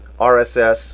RSS